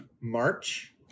March